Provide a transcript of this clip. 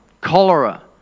cholera